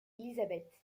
élisabeth